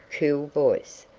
cool voice,